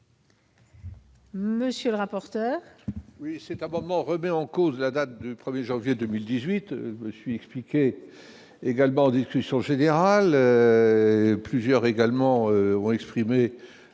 Monsieur le rapporteur,